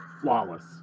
Flawless